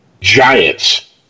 giants